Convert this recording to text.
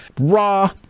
raw